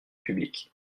publique